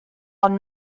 ond